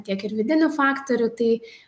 tiek ir vidinių faktorių tai